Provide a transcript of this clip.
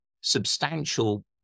substantial